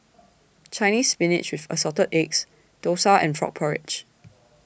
Chinese Spinach with Assorted Eggs Dosa and Frog Porridge